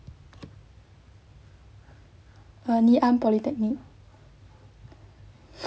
err ngee ann polytechnic